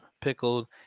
pickled